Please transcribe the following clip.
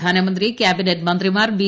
പ്രധാനമന്ത്രി കൃാബിനറ്റ് മന്ത്രിമാർ ബി